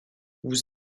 vous